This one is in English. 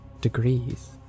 degrees